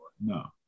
No